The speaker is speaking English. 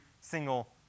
single